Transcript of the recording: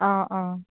অঁ অঁ